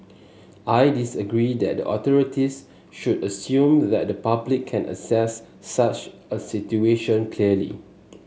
I disagree that the authorities should assume that the public can assess such a situation clearly